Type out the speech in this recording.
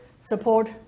support